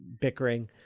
bickering